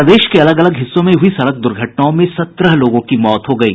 प्रदेश के अलग अलग हिस्सों में हुई सड़क दुर्घटनाओं में सत्रह लोगों की मौत हो गयी